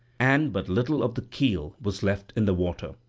and but little of the keel was left in the water.